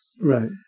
Right